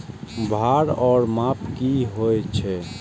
भार ओर माप की होय छै?